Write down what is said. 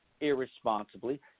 irresponsibly